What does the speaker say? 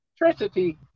electricity